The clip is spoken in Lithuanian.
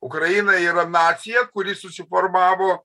ukraina yra nacija kuri susiformavo